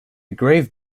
grave